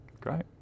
Great